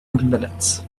minutes